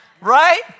right